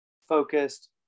focused